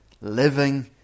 living